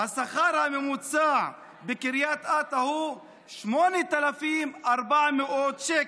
השכר הממוצע בקריית אתא הוא 8,400 שקלים.